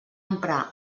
emprar